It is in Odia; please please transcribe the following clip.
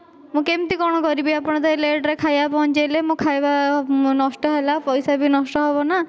ମୁଁ କେମିତି କଣ କରିବି ଆପଣ ତ ଏତେ ଲେଟରେ ଖାଇବା ପହଞ୍ଚେଇଲେ ମୋ ଖାଇବା ନଷ୍ଟ ହେଲା ପଇସା ବି ନଷ୍ଟ ହବ ନା